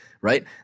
right